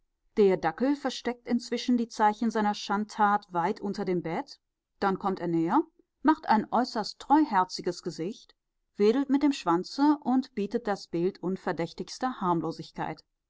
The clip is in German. der dackel versteckt inzwischen die zeichen seiner schandtat weit unter dem bett dann kommt er näher macht ein äußerst treuherziges gesicht wedelt mit dem schwanze und bietet das bild unverdächtigster harmlosigkeit